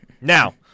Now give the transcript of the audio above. Now